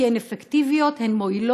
כי הן אפקטיביות, הן מועילות.